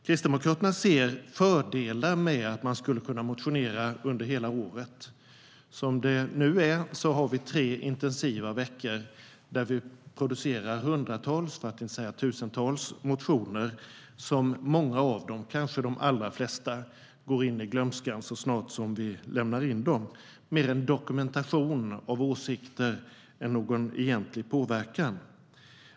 Kristdemokraterna ser fördelar med att kunna motionera under hela året. Som det nu är har vi tre intensiva veckor då vi producerar hundratals, för att inte säga tusentals, motioner. Många av dem, kanske de allra flesta, går in i glömskan så snart som vi lämnar in dem. Det är mer en dokumentation av åsikter än någon egentlig påverkan.